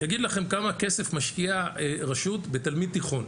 יגיד לכם כמה כסף משקיעה רשות בתלמיד תיכון.